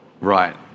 Right